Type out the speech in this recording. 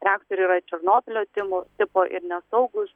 reaktoriai yra černobylio timo tipo ir nesaugūs